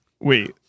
Wait